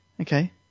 Okay